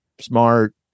smart